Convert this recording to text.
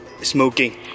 smoking